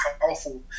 powerful